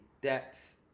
depth